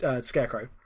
Scarecrow